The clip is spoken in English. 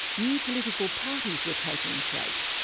new political parties were taking shape.